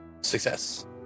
Success